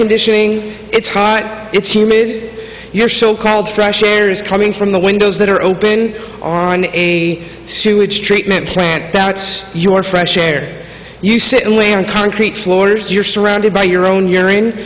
conditioning it's hot it's humid your so called fresh air is coming from the windows that are open on a sewage treatment plant that's your fresh air you sit on concrete floors you're surrounded by your own your